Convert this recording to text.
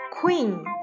Queen